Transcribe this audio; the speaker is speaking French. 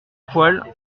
poil